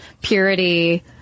purity